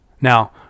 now